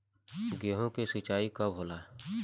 गेहूं के सिंचाई कब होला?